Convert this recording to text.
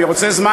אני רוצה זמן,